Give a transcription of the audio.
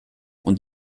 und